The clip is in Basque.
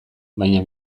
baina